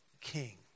king